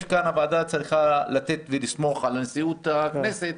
הוועדה צריכה לסמוך על נשיאות הכנסת